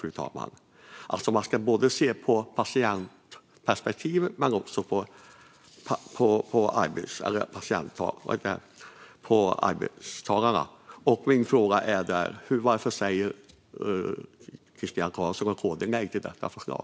Man ska alltså se till både patientperspektivet och arbetstagarna. Varför säger Christian Carlsson och KD nej till detta förslag?